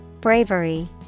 Bravery